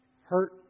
hurt